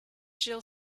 jill